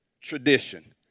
tradition